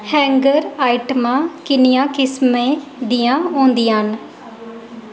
hanger आइटमां किन्नियां किसमें दियां होंदियां न